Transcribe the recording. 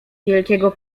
wielkiego